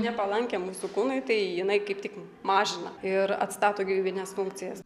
nepalankią mūsų kūnui tai jinai kaip tik mažina ir atstato gyvybines funkcijas